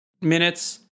minutes